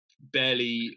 barely